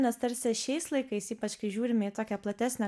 nes tarsi šiais laikais ypač kai žiūrime į tokią platesnę